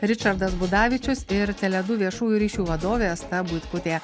ričardas budavičius ir tele du viešųjų ryšių vadovė asta buitkutė